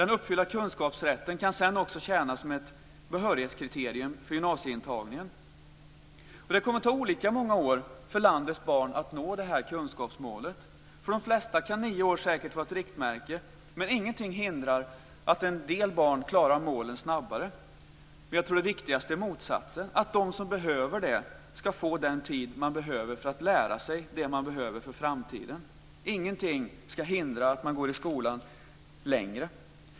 Den uppfyllda kunskapsrätten kan sedan också tjäna som ett behörighetskriterium för gymnasieintagningen. Det kommer att ta olika många år för landets barn att nå detta kunskapsmål. För de flesta kan nio år säkert vara ett riktmärke. Men ingenting hindrar att en del barn klarar målen snabbare. Men jag tror att det viktigaste är motsatsen, nämligen att de som behöver det ska få den tid som de behöver för att lära sig det som de behöver för framtiden. Ingenting ska hindra att man går i skolan längre.